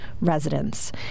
residents